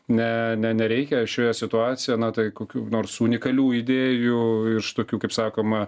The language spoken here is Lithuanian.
ne ne nereikia šioje situacijoje na tai kokių nors unikalių idėjų iš tokių kaip sakoma